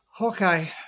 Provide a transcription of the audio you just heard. Okay